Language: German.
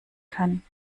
kann